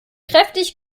kräftig